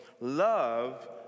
Love